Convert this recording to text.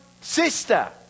sister